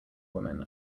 woman